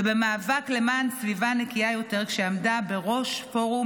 ובמאבק למען סביבה נקייה יותר כשעמדה בראש פורום